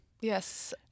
Yes